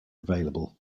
available